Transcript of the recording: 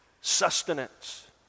sustenance